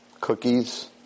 cookies